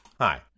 Hi